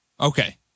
Okay